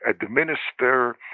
administer